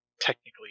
technically